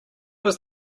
was